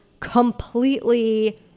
completely